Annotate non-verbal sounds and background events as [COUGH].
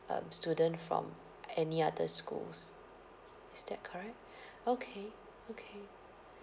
um student from any other schools is that correct [BREATH] okay okay